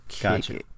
Gotcha